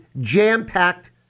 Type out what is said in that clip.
jam-packed